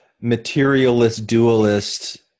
materialist-dualist